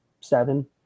seven